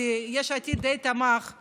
כי יש עתיד די תמכה